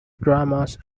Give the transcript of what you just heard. dramas